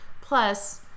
Plus